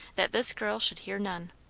that this girl should hear none.